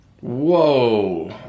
Whoa